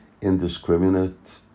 indiscriminate